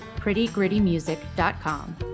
prettygrittymusic.com